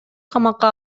камакка